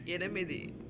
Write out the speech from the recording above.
ఎనిమిది